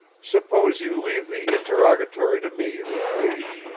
suppose you leave the interrogatory to me, if you please?